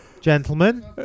Gentlemen